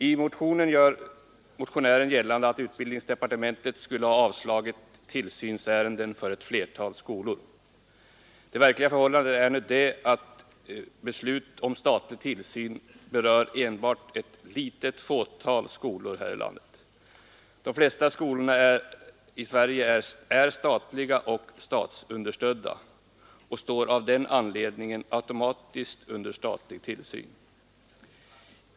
I motionen gör motionärerna gällande att utbildningsdepartementet skulle ha avslagit begäran om tillsyn för ett flertal skolor. Det verkliga förhållandet är att beslut om statlig tillsyn berör endast ett fåtal skolor här i landet. De flesta skolor i Sverige är statliga och statsunderstödda och står av den anledningen automatiskt under statlig tillsyn.